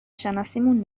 شناسیمون